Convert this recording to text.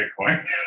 Bitcoin